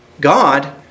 God